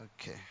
okay